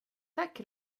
tack